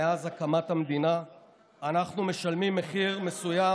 מאז הקמת המדינה אנחנו משלמים מחיר מסוים